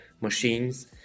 machines